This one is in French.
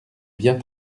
bien